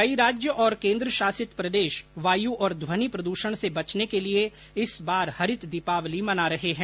कई राज्य और केन्द्रशासित प्रदेश वायू और ध्वनि प्रद्षण से बचने के लिए इस बार हरित दीपावली मना रहे हैं